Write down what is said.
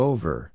Over